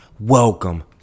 Welcome